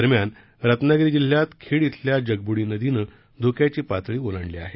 दरम्यान रत्नागिरी जिल्हातल्या खेड इथल्या जगबुडी नदीनं धोक्याची पातळी ओलांडली आहे